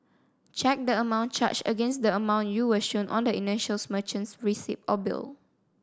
check the amount charged against the amount you were shown on the initials merchant's receipt or bill